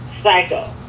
Psycho